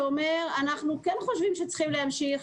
שאומר: אנחנו כן חושבים שצריך להמשיך,